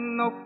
no